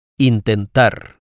Intentar